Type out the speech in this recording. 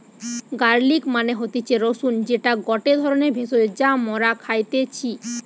garlic মানে হতিছে রসুন যেটা গটে ধরণের ভেষজ যা মরা খাইতেছি